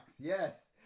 Yes